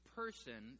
person